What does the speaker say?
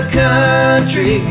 country